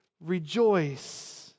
Rejoice